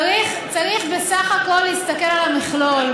צריך בסך הכול להסתכל על המכלול.